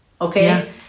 Okay